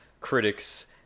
critics